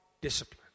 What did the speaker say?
discipline